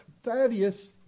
Thaddeus